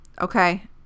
okay